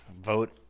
Vote